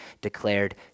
declared